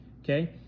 okay